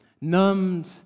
numbed